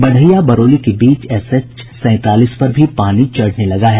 बढ़ेया बरौली के बीच एसएच सैंतालीस पर भी पानी चढ़ने लगा है